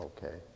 Okay